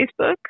facebook